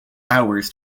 hours